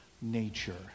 nature